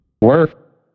work